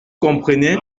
comprenez